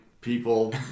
people